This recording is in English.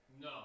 no